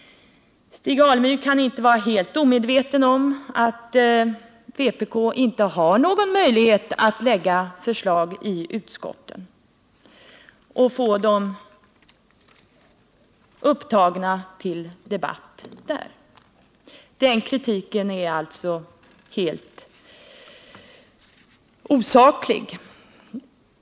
Stig Alemyr kan inte vara helt omedveten om att vpk inte har någon möjlighet att lägga förslag i utskotten och få dem debatterade där. Den kritiken är alltså helt osaklig.